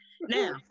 Now